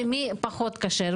ומי פחות כשר,